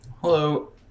Hello